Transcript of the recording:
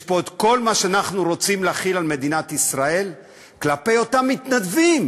יש פה כל מה שאנחנו רוצים להחיל על מדינת ישראל כלפי אותם מתנדבים